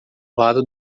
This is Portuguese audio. lado